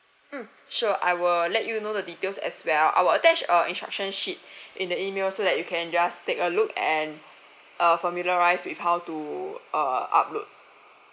mm sure I will let you know the details as well I will attach uh instruction sheet in the email so that you can just take a look and uh familiarise with how to uh upload